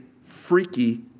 freaky